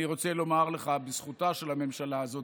אני רוצה לומר לך בזכותה של הממשלה הזאת,